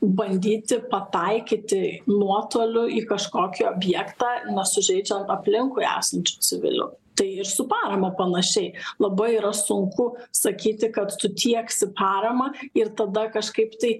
bandyti pataikyti nuotoliu į kažkokį objektą nesužeidžiant aplinkui esančių civilių tai ir su parama panašiai labai yra sunku sakyti kad tu tieksi paramą ir tada kažkaip tai